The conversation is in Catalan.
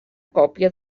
còpia